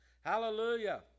Hallelujah